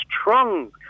strong